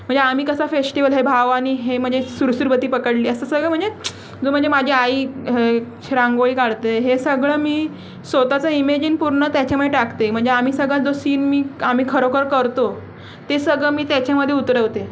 म्हणजे आम्ही कसा फेश्टीवल हे भावानी म्हंजे सुरसुरवती पकडली असं सगळं म्हणजे जो म्हणजे माझी आई रांगोळी काढते हे सगळं मी स्वतःचं इमेजीन पूर्ण त्याच्यामधे टाकते म्हणजे आम्ही सगळं जो सीन मी आम्ही खरोखर करतो ते सगळं मी त्याच्यामध्ये उतरवते